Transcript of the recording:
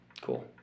Cool